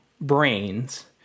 brains